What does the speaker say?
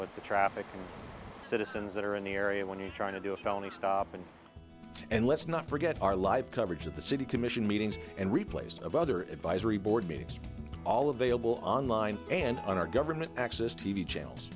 with the traffic citizens that are in the area when you're trying to do a felony stop and and let's not forget our live coverage of the city commission meetings and replays of other advisory board meetings all of the on line and on our government access t v channels